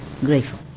grateful